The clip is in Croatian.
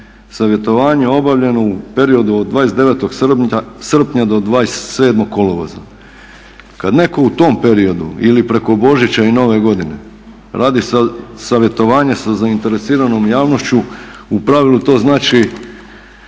savjetovanje obavljeno u periodu od 29.srpnja do 27.kolovoza. Kad neko u tom periodu ili preko Božića i Nove godine radi savjetovanje sa zainteresiranom javnošću u pravilu to znači